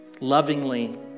lovingly